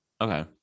Okay